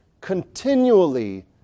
continually